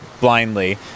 blindly